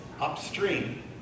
upstream